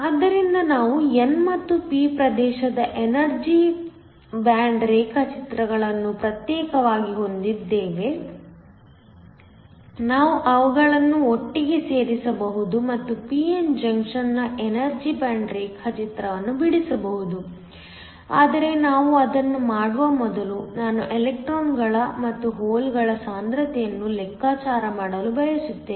ಆದ್ದರಿಂದ ನಾವು n ಮತ್ತು p ಪ್ರದೇಶದ ಎನರ್ಜಿ ಬ್ಯಾಂಡ್ ರೇಖಾಚಿತ್ರಗಳನ್ನು ಪ್ರತ್ಯೇಕವಾಗಿ ಹೊಂದಿದ್ದೇವೆ ನಾವು ಅವುಗಳನ್ನು ಒಟ್ಟಿಗೆ ಸೇರಿಸಬಹುದು ಮತ್ತು pn ಜಂಕ್ಷನ್ನ ಎನರ್ಜಿ ಬ್ಯಾಂಡ್ ರೇಖಾಚಿತ್ರವನ್ನು ಬಿಡಿಸಬಹುದು ಆದರೆ ನಾವು ಅದನ್ನು ಮಾಡುವ ಮೊದಲು ನಾನು ಎಲೆಕ್ಟ್ರಾನ್ಗಳ ಮತ್ತು ಹೋಲ್ಗಳ ಸಾಂದ್ರತೆಯನ್ನು ಲೆಕ್ಕಾಚಾರ ಮಾಡಲು ಬಯಸುತ್ತೇನೆ